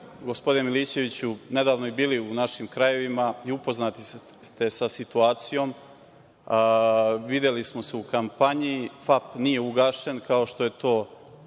gospodine Milićeviću, nedavno i bili u našim krajevima i upoznati ste sa situacijom. Videli smo se u kampanji. FAP nije ugašen, kao što je to